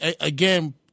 again